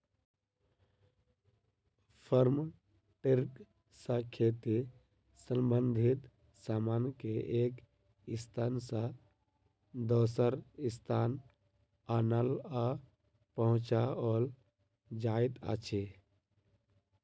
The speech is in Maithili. फार्म ट्रक सॅ खेती संबंधित सामान के एक स्थान सॅ दोसर स्थान आनल आ पहुँचाओल जाइत अछि